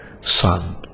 son